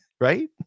right